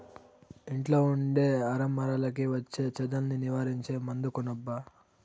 ఇంట్లో ఉండే అరమరలకి వచ్చే చెదల్ని నివారించే మందు కొనబ్బా